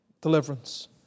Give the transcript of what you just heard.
deliverance